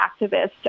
activist